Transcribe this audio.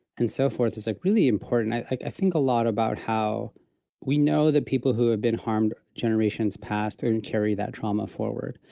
and so forth is like really important, i like think a lot about how we know that people who have been harmed generations past and and carry that trauma forward.